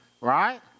right